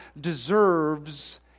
deserves